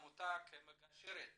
כמגשרת